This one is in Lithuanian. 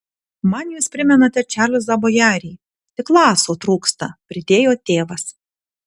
man jūs primenate čarlzą bojerį tik laso trūksta pridėjo tėvas